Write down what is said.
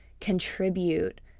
contribute